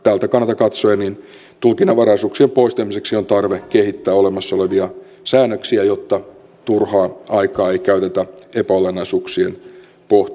tältä kannalta katsoen tulkinnanvaraisuuksien poistamiseksi on tarve kehittää olemassa olevia säännöksiä jotta turhaa aikaa ei käytetä epäolennaisuuksien pohtimiseen